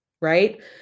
right